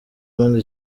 ubundi